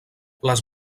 les